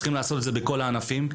צריך לעשות את זה בכל הענפים.